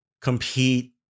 compete